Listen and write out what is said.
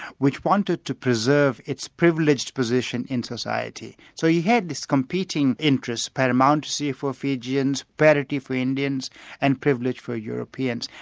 which wanted to preserve its privileged position in society. so you had these competing interests, paramountcy for fijians, parity for indians and privilege for europeans.